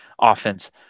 offense